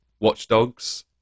watchdogs